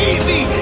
Easy